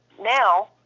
Now